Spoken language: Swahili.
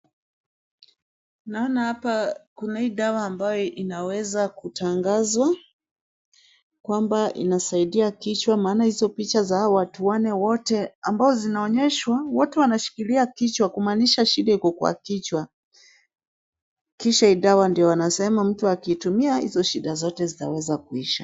Naona hapa kuna hii dawa inaweza kutangazwa kwamba inasaidia kichwa maana hizo picha za hao watu wanne wato ambao zinaonyeshwa wote wanashikila kichwa kumaaniasha shida iko kwa kichwa. Kishaa hii dawa ndio wanasema mtu akiitumia izo shida zote zitaweza kuisha.